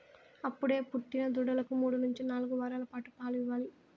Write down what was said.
అప్పుడే పుట్టిన దూడలకు మూడు నుంచి నాలుగు వారాల పాటు పాలు ఇవ్వాలి